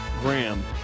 Graham